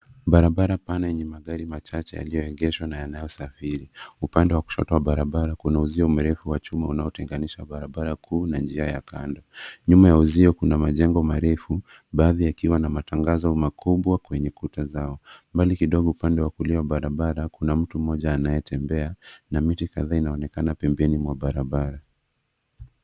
Barabara pana yenye magari machache yaliyoegeshwa na yanayosafiri. Upande wa kushoto wa barabara kuna uzio mrefu wa chuma unaotenganisha barabara kuu na njia ya kando. Nyuma ya uzio kuna majengo marefu, baadhi yakiwa na matangazo makubwa kwenye kuta zao. Mbali kidogo upande wa kulia wa barabara kuna mtu mmoja anayetembea na mti kadhaa inaonekana pembeni mwa barabara.